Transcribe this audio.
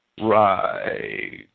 Right